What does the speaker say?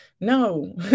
no